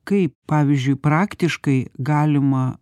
kaip pavyzdžiui praktiškai galima